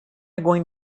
going